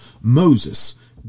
Moses